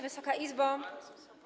Wysoka Izbo!